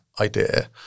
idea